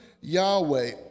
Yahweh